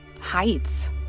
heights